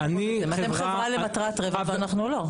אתם חברה למטרת רווח ואנחנו לא.